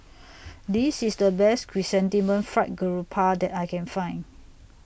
This IS The Best Chrysanthemum Fried Garoupa that I Can Find